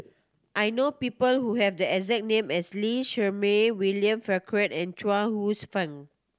I know people who have the exact name as Lee Shermay William Farquhar and Chuang Hsueh Fang